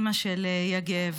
אימא של יגב,